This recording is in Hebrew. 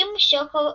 שום שוקו בשקית.